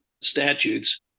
statutes